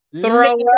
throw